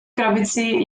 krabici